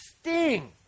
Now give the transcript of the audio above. sting